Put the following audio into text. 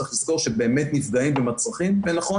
צריך לזכור שבאמת נפגעים ונכון,